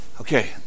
Okay